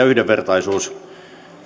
yhdenvertaisuus